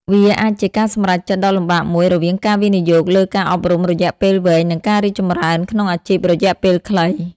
វាអាចជាការសម្រេចចិត្តដ៏លំបាកមួយរវាងការវិនិយោគលើការអប់រំរយៈពេលវែង និងការរីកចម្រើនក្នុងអាជីពរយៈពេលខ្លី។